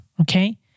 Okay